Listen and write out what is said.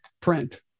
print